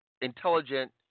intelligent